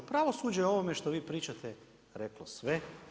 Pravosuđe je o ovome što vi pričate reklo sve.